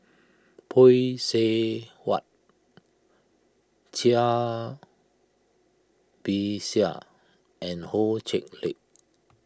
Phay Seng Whatt Cai Bixia and Ho Chee Lick